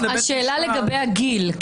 השאלה לגבי הגיל,